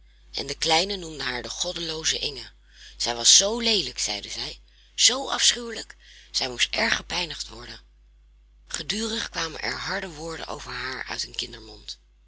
en de kleinen noemden haar de goddelooze inge zij was zoo leelijk zeiden zij zoo afschuwelijk zij moest erg gepijnigd worden gedurig kwamen er harde woorden over haar uit